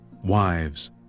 Wives